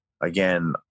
again